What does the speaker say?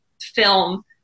film